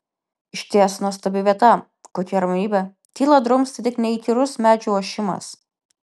išties nuostabi vieta kokia ramybė tylą drumstė tik neįkyrus medžių ošimas